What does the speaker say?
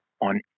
on